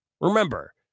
remember